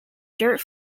dirt